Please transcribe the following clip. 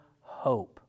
hope